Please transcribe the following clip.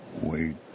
wait